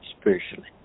spiritually